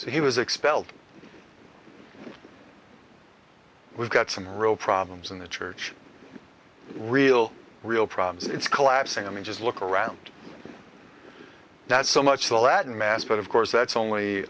so he was expelled we've got some real problems in the church real real problems it's collapsing i mean just look around not so much the latin mass but of course that's